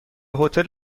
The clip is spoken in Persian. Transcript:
هتل